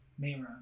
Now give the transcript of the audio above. Mayron